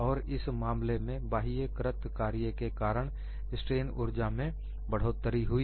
और इस मामले में बाह्य कृत कार्य के कारण स्ट्रेन ऊर्जा में बढ़ोतरी हुई